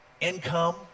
income